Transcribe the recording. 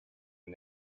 and